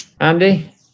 Andy